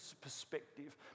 perspective